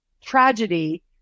tragedy